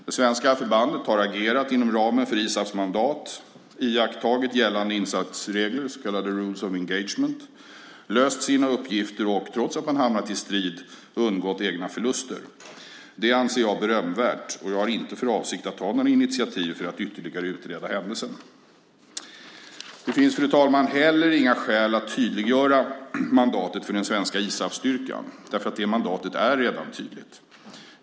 Det svenska förbandet har agerat inom ramen för ISAF:s mandat, iakttagit gällande insatsregler, så kallade rules of engagement , löst sina uppgifter och - trots att man hamnat i strid - undgått egna förluster. Det anser jag berömvärt, och jag har inte för avsikt att ta några initiativ för att ytterligare utreda händelsen. Det finns, fru talman, heller inget skäl att tydliggöra mandatet för den svenska ISAF-styrkan. Det mandatet är redan tydligt!